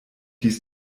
dies